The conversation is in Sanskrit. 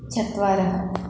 चत्वारः